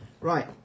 Right